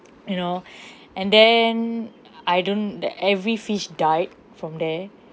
you know and then I don't the every fish died from there